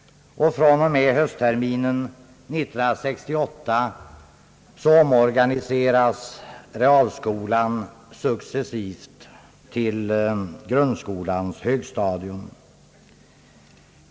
Från och med höstterminen 1968 omorganiseras skolan successivt till grundskolans högstadium.